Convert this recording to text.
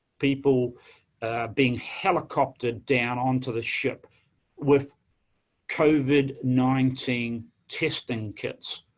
people being helicoptered down onto the ship with covid nineteen testing kits.